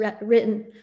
written